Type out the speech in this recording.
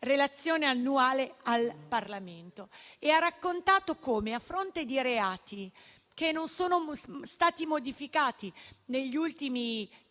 relazione annuale al Parlamento e raccontato come, a fronte di reati che non sono stati modificati negli ultimi